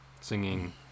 singing